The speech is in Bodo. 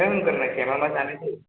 नों होनग्रोनायसाय मा मा जायो